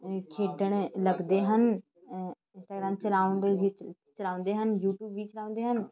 ਖੇਡਣ ਲੱਗਦੇ ਹਨ ਇੰਸਟਾਗ੍ਰਾਮ ਚਲਾਉਣ ਦੇ ਵਿੱਚ ਚਲਾਉਂਦੇ ਹਨ ਯੂਟਿਊਬ ਵੀ ਚਲਾਉਂਦੇ ਹਨ